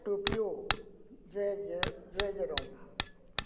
Tokyo Jerusalem